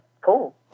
cool